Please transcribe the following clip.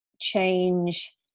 change